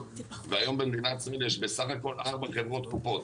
והיום במדינת ישראל יש בסך הכול ארבע חברות קופות,